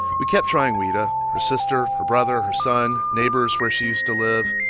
we kept trying ouida, her sister, her brother, her son, neighbors where she used to live,